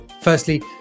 Firstly